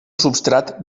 substrat